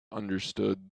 understood